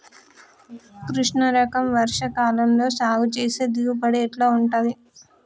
కృష్ణ రకం వర్ష కాలం లో సాగు చేస్తే దిగుబడి ఎట్లా ఉంటది?